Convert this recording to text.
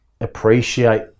appreciate